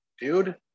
Dude